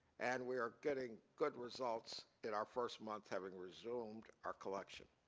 and we are getting good results in our first month having resumed our collection.